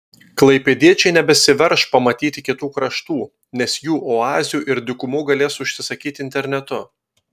klaipėdiečiai nebesiverš pamatyti kitų kraštų nes jų oazių ir dykumų galės užsisakyti internetu